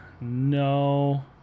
no